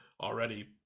already